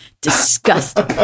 disgusting